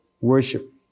worship